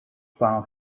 far